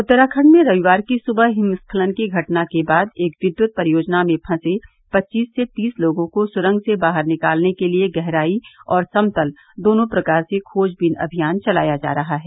उत्तराखंड में रविवार की सुबह हिमस्खलन की घटना के बाद एक विद्युत परियोजना में फंसे पच्चीस से तीस लोगों को सुरंग से बाहर निकालने के लिए गहराई और समतल दोनों प्रकार से खोजबीन अभियान चलाया जा रहा है